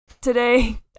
today